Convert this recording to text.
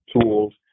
tools